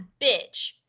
bitch